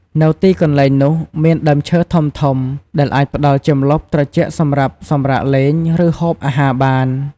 នៅទីកន្លែងនោះមានដើមឈើធំៗដែលអាចផ្តល់ជាម្លប់ត្រជាក់សម្រាប់សម្រាកលេង ឬហូបអាហារបាន។